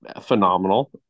phenomenal